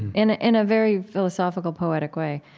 in in a very philosophical poetic way.